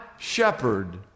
Shepherd